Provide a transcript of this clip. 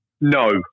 No